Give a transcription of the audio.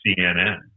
CNN